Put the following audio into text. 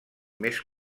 més